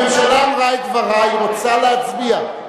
הממשלה אמרה את דברה, היא רוצה להצביע.